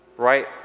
right